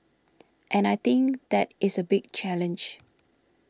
and I think that is a big challenge